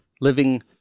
living